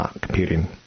computing